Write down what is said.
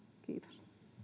kiitos